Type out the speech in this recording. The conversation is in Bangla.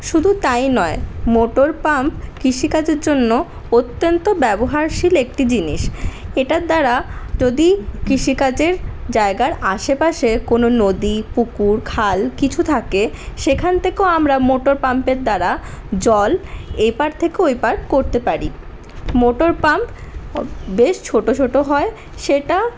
শুধু তাই নয় মোটর পাম্প কৃষি কাজের জন্য অত্যন্ত ব্যবহারশীল একটি জিনিস এটার দ্বারা যদি কৃষিকাজের জায়গায় আশেপাশে কোন নদী পুকুর খাল কিছু থাকে সেখান থেকেও আমরা মোটর পাম্পের দ্বারা জল এপার থেকে ওপার করতে পারি মোটর পাম্প বেশ ছোট ছোট হয় সেটা